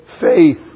faith